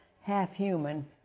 half-human